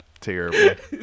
Terrible